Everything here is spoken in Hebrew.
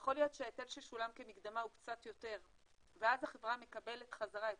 יכול להיות שההיטל ששולם כמקדמה הוא קצת יותר ואז החברה מקבלת חזרה את